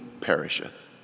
perisheth